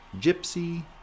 Gypsy